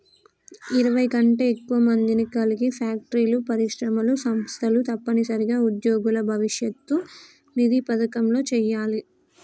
ఇరవై కంటే ఎక్కువ మందిని కలిగి ఫ్యాక్టరీలు పరిశ్రమలు సంస్థలు తప్పనిసరిగా ఉద్యోగుల భవిష్యత్ నిధి పథకంలో చేయాలి